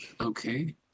okay